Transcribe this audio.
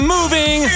Moving